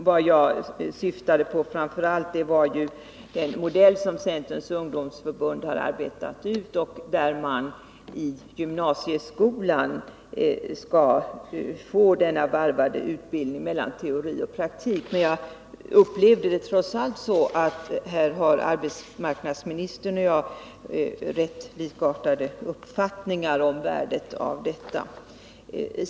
Vad jag framför allt syftade på var den modell som Centerns ungdomsförbund har arbetat ut, enligt vilken man i gymnasieskolan skall få utbildning där teori och praktik varvas. Jag upplevde det trots allt så att arbetsmarknadsministern och jag har rätt likartade uppfattningar om värdet av detta.